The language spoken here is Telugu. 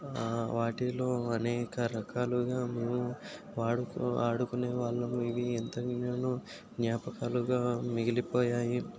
వాటిలో అనేక రకాలుగా మేము వారితో ఆడుకునే వాళ్ళం ఇవి ఎంతగానో జ్ఞాపకాలుగా మిగిలిపోయాయి